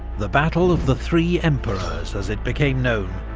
the battle of the three emperors, as it became known,